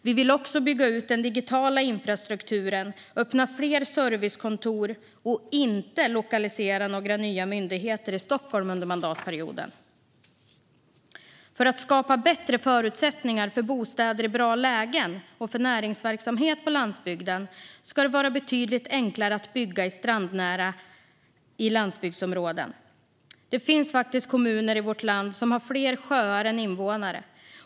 Vi vill också bygga ut den digitala infrastrukturen och öppna fler servicekontor. Och vi vill inte placera några nya myndigheter i Stockholm under mandatperioden. För att skapa bättre förutsättningar för bostäder i bra lägen och för näringsverksamhet på landsbygden ska det vara betydligt enklare att bygga strandnära i landsbygdsområden. Det finns kommuner i vårt land som har fler sjöar än invånare.